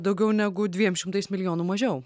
daugiau negu dviem šimtais milijonų mažiau